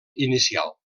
inicial